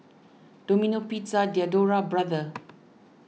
Domino Pizza Diadora Brother